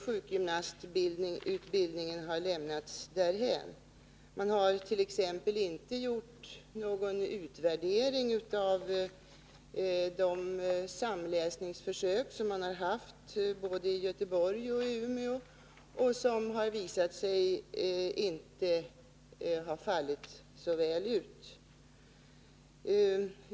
Sjukgymnastutbildningen har lämnats därhän. Man har t.ex. inte gjort någon utvärdering av samläsningsförsöken i Göteborg och Umeå och som visat sig inte ha utfallit så väl.